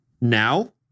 now